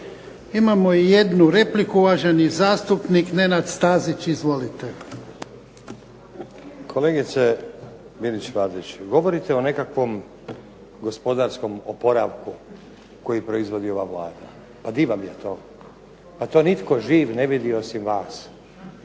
Imamo jednu repliku, uvaženi zastupnik Nenad Stazić. Izvolite. **Stazić, Nenad (SDP)** Kolegice Bilić Vardić, govorite o nekakvom gospodarskom oporavku, koji proizvodi ova Vlada. A di vam je to? Pa to nitko živ ne vidi osim vas.